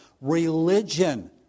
Religion